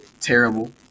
terrible